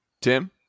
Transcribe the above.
tim